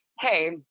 hey